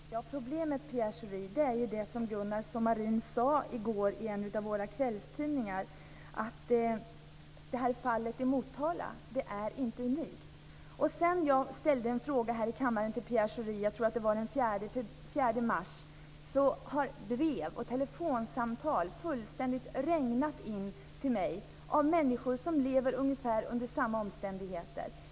Fru talman! Problemet, Pierre Schori, är ju, som Gunnar Sommarin sade i går i en av våra kvällstidningar, att fallet i Motala inte är unikt. Sedan jag ställde en fråga till Pierre Schori här i kammaren har brev och telefonsamtal regnat över mig från människor som lever under ungefär samma omständigheter.